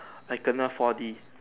like Kena four D